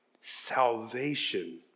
Salvation